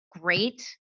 great